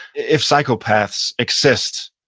if psychopaths exist,